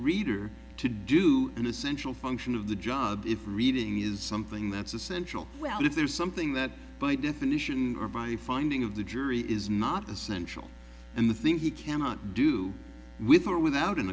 reader to do an essential function of the job if reading is something that's essential well if there is something that by definition or by finding of the jury is not essential and the thing he cannot do with or without an